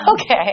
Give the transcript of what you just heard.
Okay